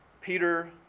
Peter